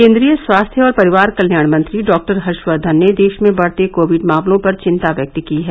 केन्द्रीय स्वास्थ्य और परिवार कल्याण मंत्री डाक्टर हर्षवर्धन ने देश में बढते कोविड मामलों पर चिन्ता व्यक्त की है